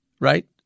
Right